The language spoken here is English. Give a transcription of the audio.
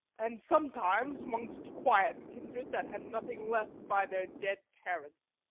and sometimes mongst quiet kindred that had nothing left by their dead parents